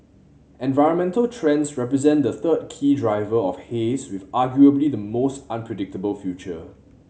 environmental trends represent the third key driver of haze with arguably the most unpredictable future